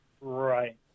Right